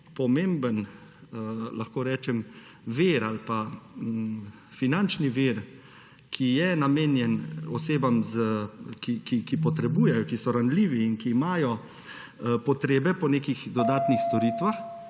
smo en pomemben finančni vir, ki je namenjen osebam, ki potrebujejo, ki so ranljivi in ki imajo potrebe po nekih dodatnih storitvah,